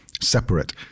separate